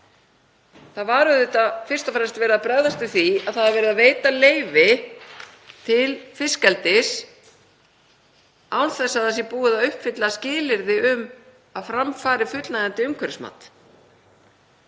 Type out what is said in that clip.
Það var auðvitað fyrst og fremst verið að bregðast við því að það er verið að veita leyfi til fiskeldis án þess að það sé búið að uppfylla skilyrði um að fram fari fullnægjandi umhverfismat.